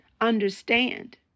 understand